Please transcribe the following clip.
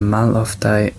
maloftaj